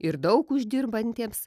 ir daug uždirbantiems